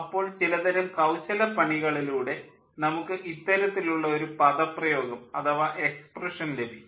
അപ്പോൾ ചിലതരം കൌശലപ്പണികളിലൂടെ നമുക്ക് ഇത്തരത്തിലുള്ള ഒരു പദപ്രയോഗം അഥവാ എക്സ്പ്രഷൻ ലഭിക്കും